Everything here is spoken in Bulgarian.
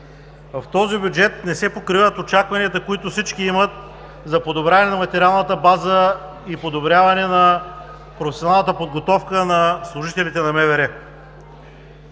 В този бюджет не се покриват очакванията, които всички имат, за подобряване на материалната база и подобряване на професионалната подготовка на служителите на МВР.